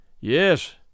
Yes